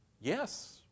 Yes